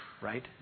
right